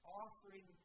offering